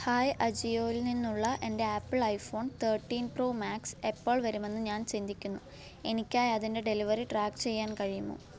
hi അജിയോയിൽ നിന്നുള്ള എന്റെ Apple iPhone thirteen pro max എപ്പോൾ വരുമെന്ന് ഞാൻ ചിന്തിക്കുന്നു എനിക്കായി അതിന്റെ ഡെലിവറി ട്രാക്ക് ചെയ്യാൻ കഴിയുമോ